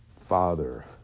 father